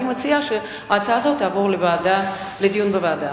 אני מציעה שההצעה הזאת תעבור לדיון בוועדה.